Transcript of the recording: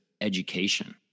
education